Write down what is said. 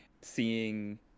seeing